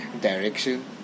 direction